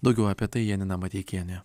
daugiau apie tai janina mateikienė